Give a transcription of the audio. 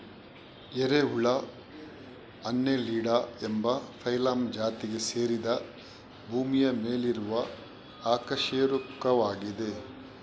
ಎರೆಹುಳು ಅನ್ನೆಲಿಡಾ ಎಂಬ ಫೈಲಮ್ ಜಾತಿಗೆ ಸೇರಿದ ಭೂಮಿಯ ಮೇಲಿರುವ ಅಕಶೇರುಕವಾಗಿದೆ